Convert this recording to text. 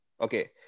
Okay